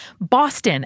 Boston